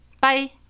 Bye